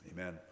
Amen